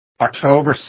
October